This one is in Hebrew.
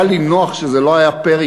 היה לי נוח שזה לא היה פרי,